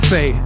Say